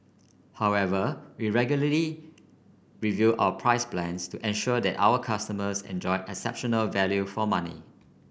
however we regularly review our price plans to ensure that our customers enjoy exceptional value for money